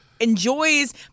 enjoys